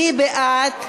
מי בעד?